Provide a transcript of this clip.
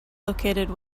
located